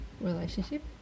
relationship